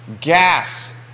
gas